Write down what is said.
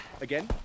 again